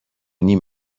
نیم